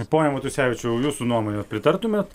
pone matusevičiau jūsų nuomone pritartumėt